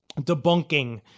debunking